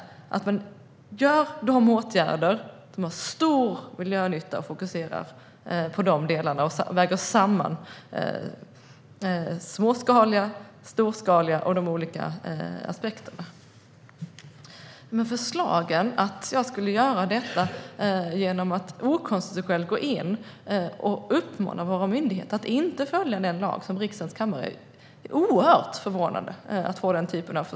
Det handlar om att man vidtar de åtgärder som har stor miljönytta och fokuserar på de delarna och väger samman de småskaliga, de storskaliga och de olika aspekterna. Men det är oerhört förvånande att få höra att jag skulle göra detta genom att okonstitutionellt gå in och uppmana våra myndigheter att inte följa den lag som riksdagens kammare har stiftat.